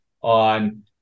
on